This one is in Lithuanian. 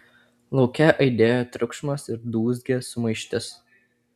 lauke aidėjo triukšmas ir dūzgė sumaištis